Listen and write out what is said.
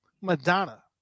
Madonna